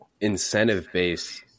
incentive-based –